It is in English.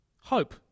hope